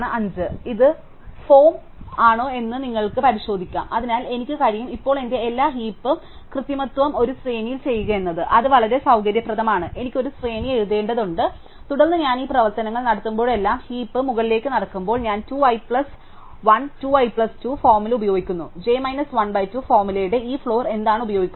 അതിനാൽ ഇത് ഫോം ആണോ എന്ന് നിങ്ങൾക്ക് പരിശോധിക്കാം അതിനാൽ എനിക്ക് കഴിയും ഇപ്പോൾ എന്റെ എല്ലാ ഹീപ് കൃത്രിമത്വവും ഒരു ശ്രേണിയിൽ ചെയ്യുക എന്നത് അത് വളരെ സൌകര്യപ്രദമാണ് എനിക്ക് ഒരു ശ്രേണി എഴുതേണ്ടതുണ്ട് തുടർന്ന് ഞാൻ ഈ പ്രവർത്തനങ്ങൾ നടത്തുമ്പോഴെല്ലാം ഹീപ് മുകളിലേക്കും നടക്കുമ്പോൾ ഞാൻ 2 i plus 1 2 i plus 2 formula ഉപയോഗിക്കുന്നു j മൈനസ് 1 ബൈ 2 ഫോർമുലയുടെ ഈ ഫ്ലോർ എന്താണ് ഉപയോഗിക്കുന്നത്